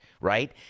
right